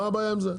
מה הבעיה עם זה?